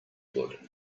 wood